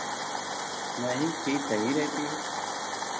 नहीं चीज़ सही रहती है